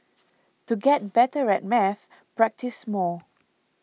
to get better at maths practise more